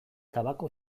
tabako